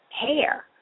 hair